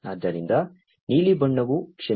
ಆದ್ದರಿಂದ ನೀಲಿ ಬಣ್ಣವು ಕ್ಷಮಿಸಿ